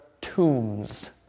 tombs